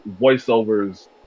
voiceovers